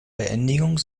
beendigung